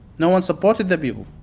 no one supported the people.